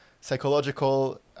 psychological